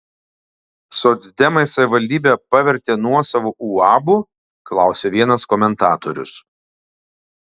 socdemai savivaldybę pavertė nuosavu uabu klausia vienas komentatorius